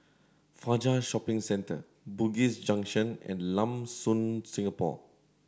Fajar Shopping Centre Bugis Junction and Lam Soon Singapore